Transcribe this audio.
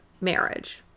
marriage